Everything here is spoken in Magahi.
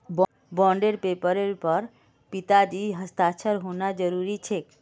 बॉन्ड पेपरेर पर पिताजीर हस्ताक्षर होना जरूरी छेक